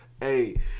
Hey